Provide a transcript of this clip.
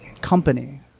company